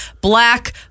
black